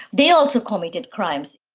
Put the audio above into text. they also committed crimes.